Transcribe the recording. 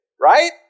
right